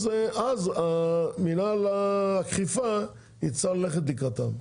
אז מינהל האכיפה יצטרך ללכת לקראתם.